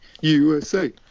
USA